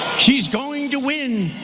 she's going to win.